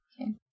Okay